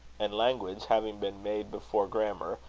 and language having been made before grammar,